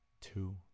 two